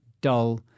dull